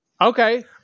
Okay